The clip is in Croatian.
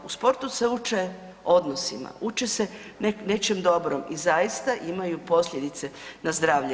U sportu se uče odnosima, uče se nečem dobrom i zaista imaju posljedice na zdravlje.